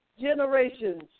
generations